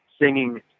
singing